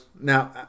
Now